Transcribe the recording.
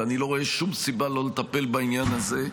ואני לא רואה שום סיבה לא לטפל בעניין הזה,